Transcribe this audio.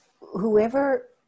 whoever